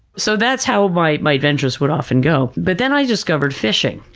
so that's how my my ventures would often go, but then i discovered fishing.